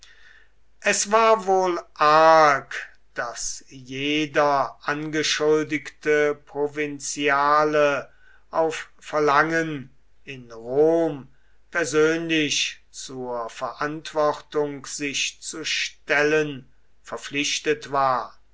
es war wohl arg daß jeder angeschuldigte provinziale auf verlangen in rom persönlich zur verantwortung sich zu stellen verpflichtet war